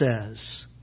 says